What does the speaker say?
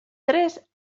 tres